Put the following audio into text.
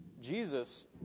Jesus